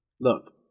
Look